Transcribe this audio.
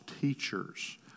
teachers